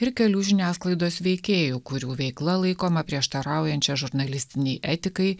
ir kelių žiniasklaidos veikėjų kurių veikla laikoma prieštaraujančia žurnalistinei etikai